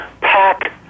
pack